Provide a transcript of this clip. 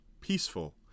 peaceful